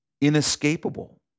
inescapable